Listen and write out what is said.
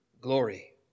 glory